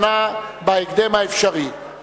65 בעד, אין מתנגדים, אין